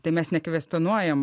tai mes nekvestionuojam